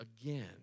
again